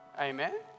Amen